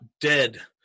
dead